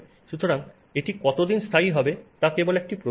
সুতরাং এটি কত দিন স্থায়ী হবে তা কেবল একটি প্রশ্ন